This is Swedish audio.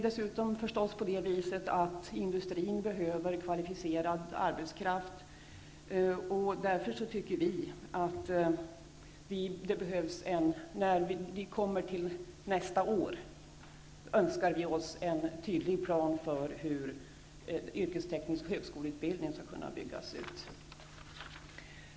Dessutom är det naturligtvis så att industrin behöver kvalificerad arbetskraft. Därför önskar vi oss nästa år en tydlig plan för hur yrkesteknisk högskoleutbildning skall kunna byggas ut.